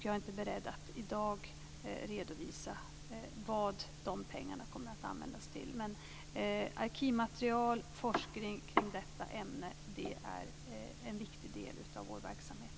Jag är inte i dag beredd att redovisa vad de pengarna kommer att användas till, men arkivmaterial och forskning kring detta ämne är en viktig del av vår verksamhet.